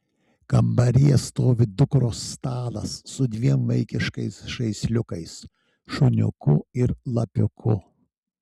kambaryje stovi dukros stalas su dviem vaikiškais žaisliukais šuniuku ir lapiuku